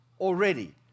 already